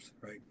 right